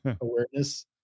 awareness